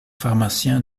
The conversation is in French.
pharmacien